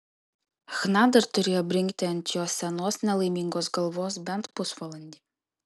chna dar turėjo brinkti ant jo senos nelaimingos galvos bent pusvalandį